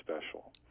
special